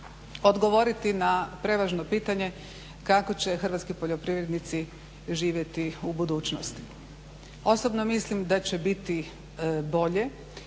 odgovoriti na prevažno pitanje kako će hrvatski poljoprivrednici živjeti u budućnosti. Osobno mislim da će biti bolje,